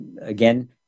Again